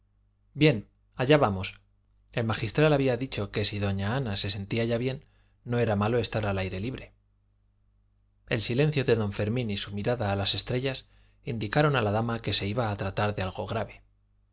bien allá vamos el magistral había dicho que si doña ana se sentía ya bien no era malo estar al aire libre el silencio de don fermín y su mirada a las estrellas indicaron a la dama que se iba a tratar de algo grave